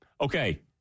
okay